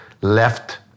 left